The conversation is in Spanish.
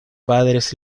padres